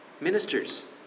Ministers